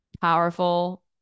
powerful